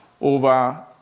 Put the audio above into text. over